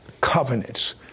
covenants